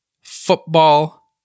football